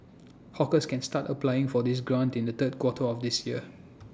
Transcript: hawkers can start applying for this grant in the third quarter of this year